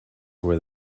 were